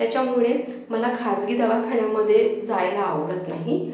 त्याच्यामुळे मला खाजगी दवाखान्यामध्ये जायला आवडत नाही